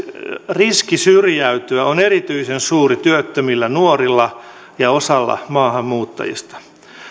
riski syrjäytyä on erityisen suuri työttömillä nuorilla ja osalla maahanmuuttajista